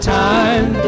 time